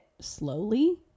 slowly